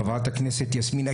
חברת הכנסת יסמין,